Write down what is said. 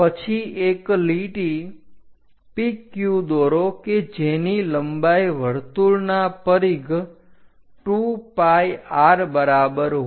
પછી એક લીટી PQ દોરો કે જેની લંબાઈ વર્તુળના પરિઘ 2pir બરાબર હોય